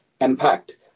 impact